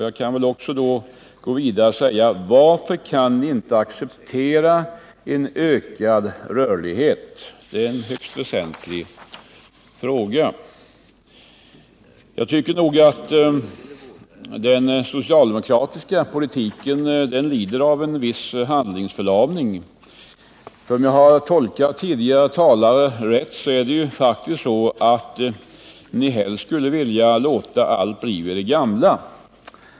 Jag kan gå vidare och fråga: Varför kan ni inte acceptera en ökad rörlighet? Det är en högst väsentlig fråga. Jag anser att den socialdemokratiska politiken lider av en viss handlingsförlamning. Om jag har tolkat tidigare talare rätt, så vill ni faktiskt helst låta allt bli vid det gamla.